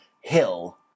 hill